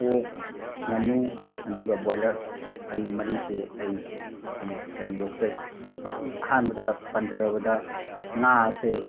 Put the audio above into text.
ꯑꯣꯛ ꯉꯥꯅꯨ ꯑꯗꯨꯒ ꯕꯣꯏꯂꯔ ꯑꯩ ꯃꯔꯤꯁꯤ ꯑꯩ ꯌꯣꯛꯆꯩ ꯑꯍꯥꯟꯕꯗ ꯄꯟꯖꯔꯕꯗ ꯉꯥ ꯑꯁꯦ